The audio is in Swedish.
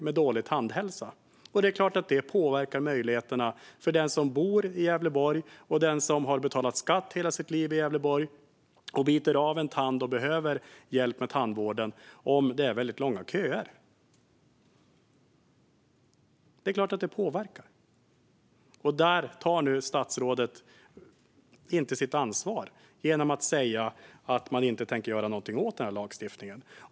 Det är klart att väldigt långa köer påverkar möjligheterna för den som bor i Gävleborg, som har betalat skatt där i hela sitt liv och som biter av en tand och behöver hjälp med tandvård. Det är klart att det påverkar. Statsrådet tar inte sitt ansvar här, då hon säger att regeringen inte tänker göra något åt lagstiftningen.